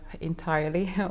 Entirely